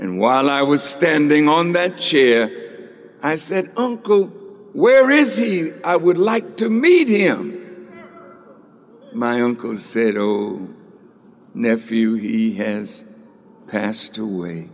and while i was standing on that cheer i said uncle where is he i would like to meet him my uncle said or nephew he has passed away